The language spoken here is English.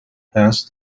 passed